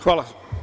Hvala.